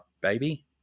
baby